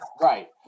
Right